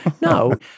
No